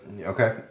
Okay